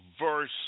verse